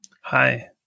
Hi